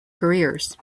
careers